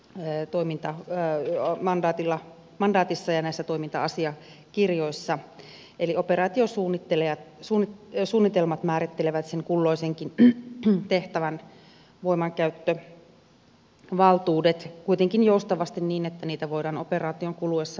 lee toiminta ja joi operaation toimintamandaatissa ja näissä toiminta asiakirjoissa eli operaatiosuunnitelmat määrittelevät sen kulloisenkin tehtävän voimankäyttövaltuudet kuitenkin joustavasti niin että niitä voidaan operaation kuluessa muuttaa